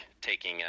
taking